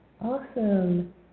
Awesome